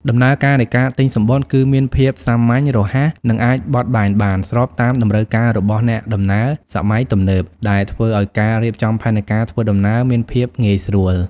ដំណើរការនៃការទិញសំបុត្រគឺមានភាពសាមញ្ញ រហ័ស និងអាចបត់បែនបាន ស្របតាមតម្រូវការរបស់អ្នកដំណើរសម័យទំនើប ដែលធ្វើឱ្យការរៀបចំផែនការធ្វើដំណើរមានភាពងាយស្រួល។